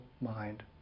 mind